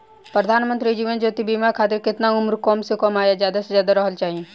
प्रधानमंत्री जीवन ज्योती बीमा योजना खातिर केतना उम्र कम से कम आ ज्यादा से ज्यादा रहल चाहि?